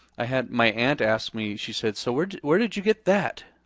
i had my aunt ask me she said, so where did where did you get that,